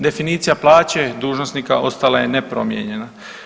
Definicija plaće dužnosnika ostala je nepromijenjena.